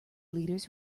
leaders